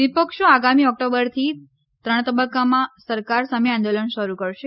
વિપક્ષો આગામી ઓક્ટોબરથી ત્રણ તબક્કામાં સરકાર સામે આંદોલન શરૂ કરશે